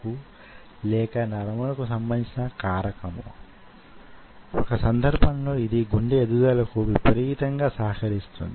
ఈ మొత్తం ప్రక్రియలో ప్రధానంగా కండరం వల్ల పుట్టే శక్తి గురించి చెప్పుకున్నాం